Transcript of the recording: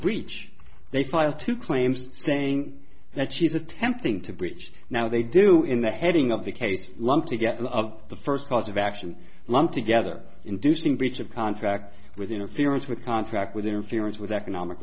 breach they filed two claims saying that she's attempting to breach now they do in the heading of the case lumped together the first cause of action lumped together inducing breach of contract with interference with contract with interference with economic